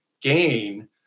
gain